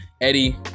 Eddie